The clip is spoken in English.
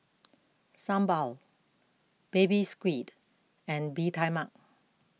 Sambal Baby Squid and Bee Tai Mak